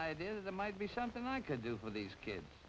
idea that might be something i could do for these kids